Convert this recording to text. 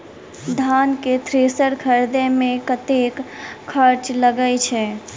धान केँ थ्रेसर खरीदे मे कतेक खर्च लगय छैय?